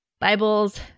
Bibles